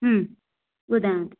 हम्म ॿुधायांव थी